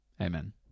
Amen